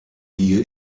hier